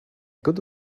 good